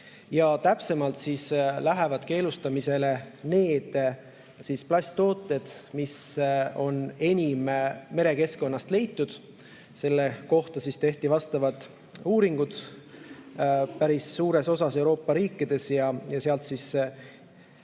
Täpsemalt lähevad keelustamisele need plasttooted, mida on enim merekeskkonnast leitud. Selle kohta on tehtud uuringuid päris suures osas Euroopa riikides ja sealt on